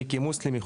כמוסלמי,